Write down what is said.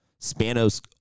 Spanos